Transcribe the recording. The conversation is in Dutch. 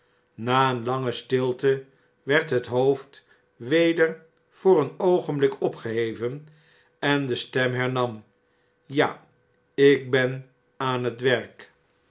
na een lange stilte werd het hoofd weder voor een oogenblik opgeheven en destemhernam ja ik ben aan het werk